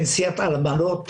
פנסיית אלמנות